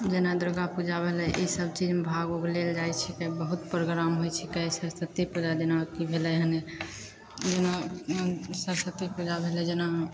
जेना दुर्गा पूजा भेलय ई सभ चीजमे भाग उग लेल जाइ छिकय बहुत प्रोग्राम होइ छिकय सरस्वती पूजा दिना अथि भेलय हन जे जेना सरस्वती पूजा भेलय जेना